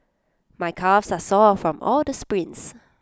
my calves are sore from all the sprints